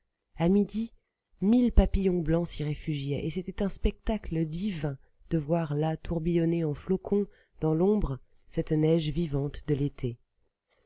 à midi mille papillons blancs s'y réfugiaient et c'était un spectacle divin de voir là tourbillonner en flocons dans l'ombre cette neige vivante de l'été